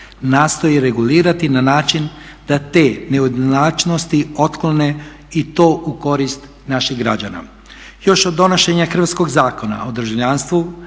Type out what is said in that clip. nastoji regulirati na način da te neujednačenosti otklone i to u korist naših građana. Još od donošenja hrvatskog Zakona o državljanstvu